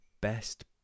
best